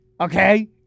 Okay